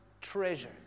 treasured